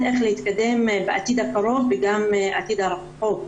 איך להתקדם בעתיד הקרוב וגם בעתיד הרחוק.